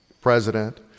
president